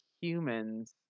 humans